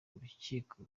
urukiko